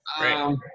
right